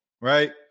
right